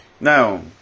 Now